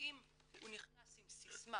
ואם הוא נכנס עם סיסמה